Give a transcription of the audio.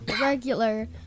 regular